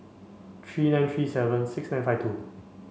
three nine three seven six nine five two